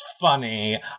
Funny